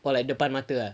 orh like depan mata ah